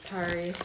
Sorry